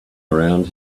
around